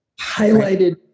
Highlighted